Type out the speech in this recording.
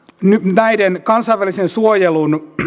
näiden kansainvälisen suojelun